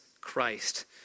Christ